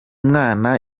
mwana